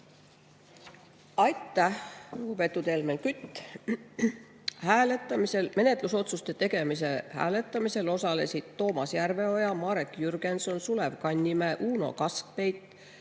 Aitäh, lugupeetud Helmen Kütt! Menetlusotsuste tegemise hääletamisel osalesid Toomas Järveoja, Marek Jürgenson, Sulev Kannimäe, Uno Kaskpeit,